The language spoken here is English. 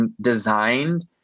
designed